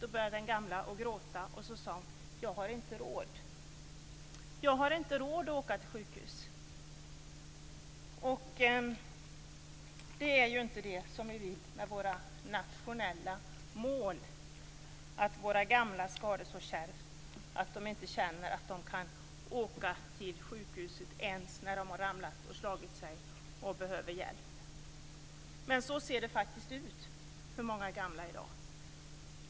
Då började den gamla att gråta och sade: Jag har inte råd att åka till sjukhuset. Avsikten med våra nationella mål är inte att våra gamla skall ha det så kärvt att de känner att de inte kan åka till sjukhuset ens när de har ramlat och slagit sig och behöver hjälp, men så ser det faktiskt ut för många gamla i dag.